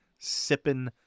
Sippin